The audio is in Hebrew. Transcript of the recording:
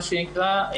מה שנקרא,